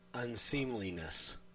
unseemliness